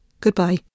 Goodbye